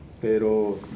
Pero